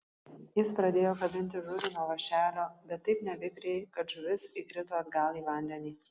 jis pradėjo kabinti žuvį nuo vąšelio bet taip nevikriai kad žuvis įkrito atgal į vandenį